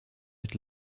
mit